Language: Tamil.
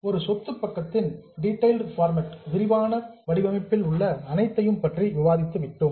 ஒரு சொத்து பக்கத்தின் டீட்டைல்டு ஃபார்மேட் விரிவான வடிவமைப்பில் உள்ள அனைத்தையும் பற்றி விவாதித்து விட்டோம்